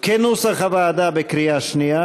כנוסח הוועדה, בקריאה שנייה.